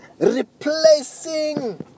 replacing